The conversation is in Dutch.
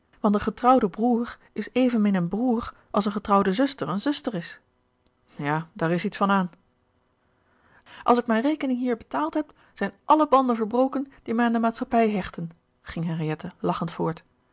want een getrouwde broer is evenmin een broer als een getrouwde zuster een zuster is ja daar is iets van aan als ik mijn rekening hier betaald heb zijn alle banden verbroken die mij aan de maatschappij hechten ging henriette lachend voort